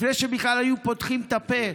לפני שבכלל היו פותחים את הפה,